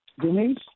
Denise